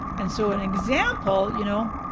and so an example you know,